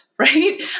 right